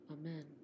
Amen